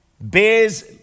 bears